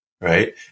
Right